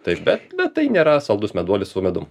taip bet bet tai nėra saldus meduolis su medum